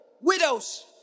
Widows